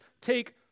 take